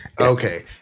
Okay